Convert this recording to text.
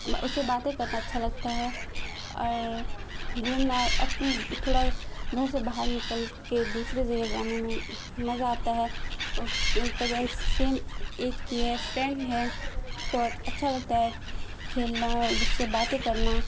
اسے باتیں کرنا اچھا لگتا ہے اور گھومنا اپنی تھوڑا گھر سے باہر نکل کے دوسرے جگہ جانے میں مزہ آتا ہے کزنس سیم ایک کی ہے فرینڈ ہے تو اچھا لگتا ہے کھیلنا اس سے باتیں کرنا